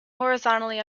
horizontally